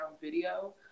video